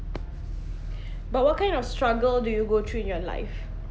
but what kind of struggle do you go through in your life